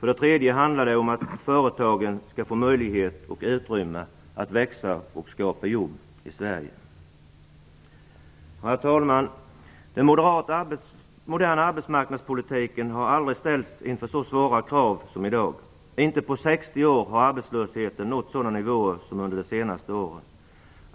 För det tredje handlar det om att företagen skall få möjlighet och utrymme att växa och skapa jobb i Herr talman! Den moderna arbetsmarknadspolitiken har aldrig ställts inför så svåra krav som i dag. Inte på 60 år har arbetslösheten nått sådana nivåer som under de senaste åren.